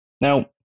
Now